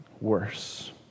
worse